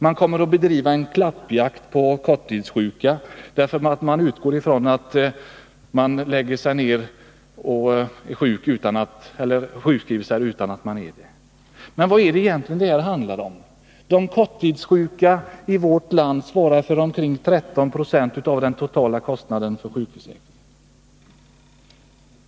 Man kommer att bedriva klappjakt på korttidssjuka därför att man utgår ifrån att de sjukskriver sig utan att vara sjuka. Men vad är det det egentligen handlar om? De korttidssjuka i vårt land svarar för omkring 13 20 av den totala kostnaden för sjukersättningar.